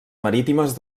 marítimes